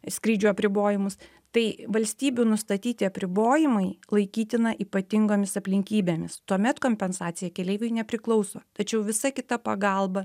skrydžių apribojimus tai valstybių nustatyti apribojimai laikytina ypatingomis aplinkybėmis tuomet kompensacija keleiviui nepriklauso tačiau visa kita pagalba